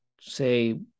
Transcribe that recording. say